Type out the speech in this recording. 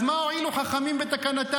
אז מה הואילו חכמים בתקנתם?